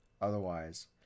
Otherwise